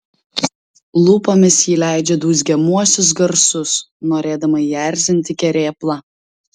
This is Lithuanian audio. lūpomis ji leidžia dūzgiamuosius garsus norėdama įerzinti kerėplą